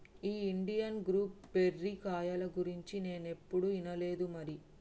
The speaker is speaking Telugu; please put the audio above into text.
ఈ ఇండియన్ గూస్ బెర్రీ కాయల గురించి నేనేప్పుడు ఇనలేదు మరి